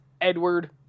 edward